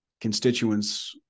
constituents